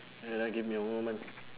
wait ah give me a moment